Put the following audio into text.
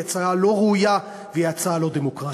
היא הצעה לא ראויה והיא הצעה לא דמוקרטית.